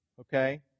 Okay